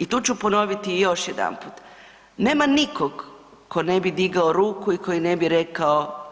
I tu ću ponoviti još jedanput, nema nikog ko ne bi digao ruku i koji ne bi rekao